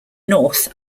north